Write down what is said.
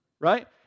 Right